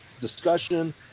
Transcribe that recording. discussion